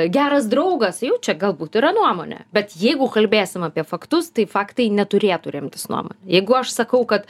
geras draugas jau čia galbūt yra nuomonė bet jeigu kalbėsim apie faktus tai faktai neturėtų remtis nuomone jeigu aš sakau kad